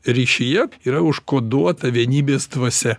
ryšyje yra užkoduota vienybės dvasia